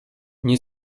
nie